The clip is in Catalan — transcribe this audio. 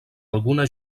alguna